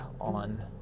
on